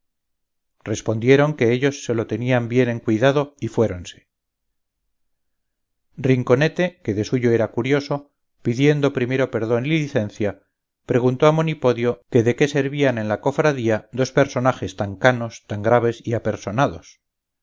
respondieron que ellos se lo tenían bien en cuidado y fuéronse rinconete que de suyo era curioso pidiendo primero perdón y licencia preguntó a monipodio que de qué servían en la cofradía dos personajes tan canos tan graves y apersonados